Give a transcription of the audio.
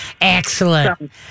Excellent